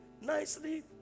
nicely